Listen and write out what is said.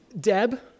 Deb